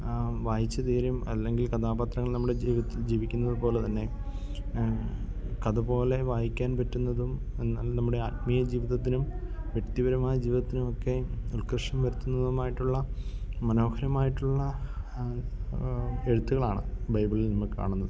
വായിച്ച് തീരും അല്ലെങ്കിൽ കഥാപാത്രങ്ങൾ നമ്മുടെ ജീവിതത്തിൽ ജീവിക്കുന്നത് പോലെ തന്നെ കഥപോലെ വായിക്കാൻ പറ്റുന്നതും എന്നാലും നമ്മുടെ ആത്മീയ ജീവിതത്തിനും വ്യക്തിപരമായ ജീവിതത്തിനും ഒക്കെ ഉൽകൃഷ്ടം വരുത്തുന്നതുമായിട്ടുള്ള മനോഹരമായിട്ടുള്ള എഴുത്തുകളാണ് ബൈബിളിൽ നമ്മൾ കാണുന്നത്